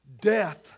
death